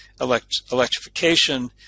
electrification